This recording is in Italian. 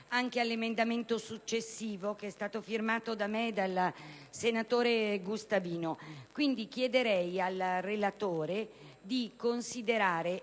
grazie.